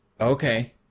Okay